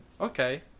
okay